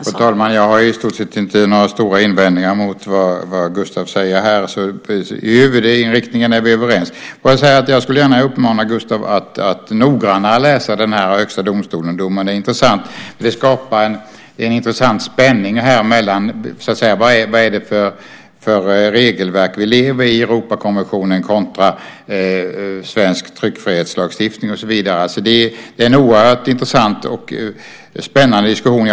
Fru talman! Jag har i stort sett inte några stora invändningar mot vad Gustav säger här. I huvudinriktningen är vi överens. Jag skulle gärna uppmana Gustav att noggrannare läsa domen från Högsta domstolen. Den är intressant. Den skapar en intressant spänning mellan vad det är för regelverk vi lever i - Europakonventionen kontra svensk tryckfrihetslagstiftning och så vidare. Det är en oerhört intressant och spännande diskussion.